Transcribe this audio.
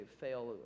fail